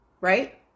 right